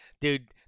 Dude